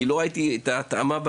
שלא הצלחתי לראות מהנתונים,